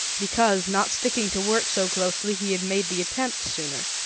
because, not sticking to work so closely, he had made the attempt sooner.